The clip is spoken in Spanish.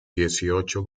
dieciocho